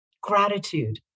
gratitude